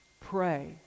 Pray